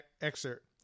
excerpt